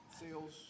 Sales